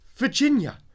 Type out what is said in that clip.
Virginia